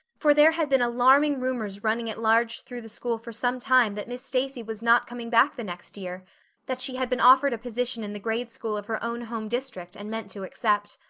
for there had been alarming rumors running at large through the school for some time that miss stacy was not coming back the next year that she had been offered a position in the grade school of her own home district and meant to accept.